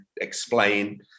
explain